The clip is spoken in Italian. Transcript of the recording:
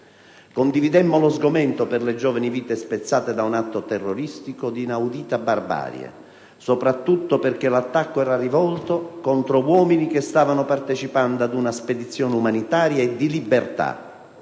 Condividemmo lo sgomento per le giovani vite spezzate da un atto terroristico di inaudita barbarie, soprattutto perché l'attacco era rivolto contro uomini che stavano partecipando a una spedizione umanitaria e di libertà,